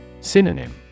Synonym